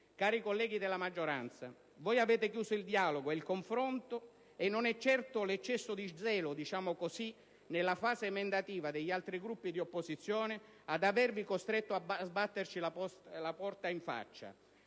Cari colleghi della maggioranza, voi avete chiuso il dialogo e il confronto. E non è certo l'eccesso di zelo nella fase emendativa, diciamo così, degli altri Gruppi di opposizione ad avervi costretto a sbatterci la porta in faccia,